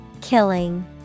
Killing